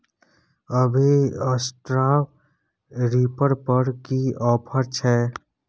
अभी straw reaper पर की ऑफर छै?